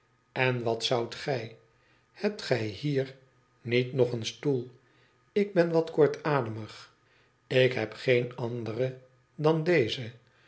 en watzoudt gij hebt gij hier niet nog een stoel ik ben wat kortademig ik heb geen anderen dan dezen